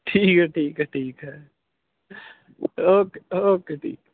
ਠੀਕ ਹੈ ਠੀਕ ਹੈ ਠੀਕ ਹੈ ਓਕੇ ਓਕੇ ਠੀਕ